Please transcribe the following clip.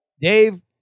Dave